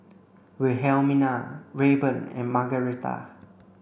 Wilhelmina Rayburn and Margaretta